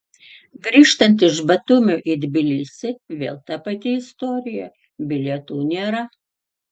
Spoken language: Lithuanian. grįžtant iš batumio į tbilisį vėl ta pati istorija bilietų nėra